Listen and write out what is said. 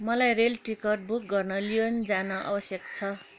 मलाई rail ticket book गर्न लियोन जान आवश्यक छ